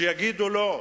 שיגידו לו: